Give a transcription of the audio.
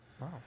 wow